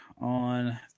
on